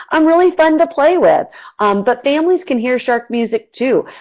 i'm really fun to play with! but families can hear shark music too.